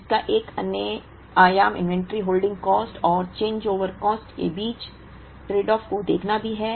इसका एक अन्य आयाम इन्वेंट्री होल्डिंग कॉस्ट और चेंजओवर कॉस्ट के बीच ट्रेडऑफ को देखना भी है